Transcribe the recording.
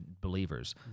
believers